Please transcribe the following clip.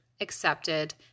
accepted